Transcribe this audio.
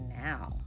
now